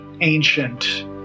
ancient